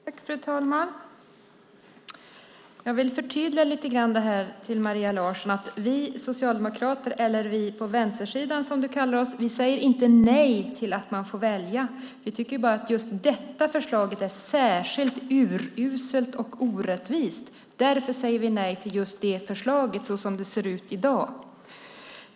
Fru talman! Jag vill förtydliga lite för Maria Larsson. Vi socialdemokrater, eller vi på vänstersidan som du kallar oss, säger inte nej till att man får välja. Vi tycker bara att just detta förslag är särskilt uruselt och orättvist. Därför säger vi nej till just det förslaget som det ser ut i dag.